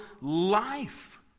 life